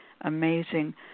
amazing